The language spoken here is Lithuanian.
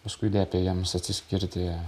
paskui liepė jiems atsiskirti